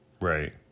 Right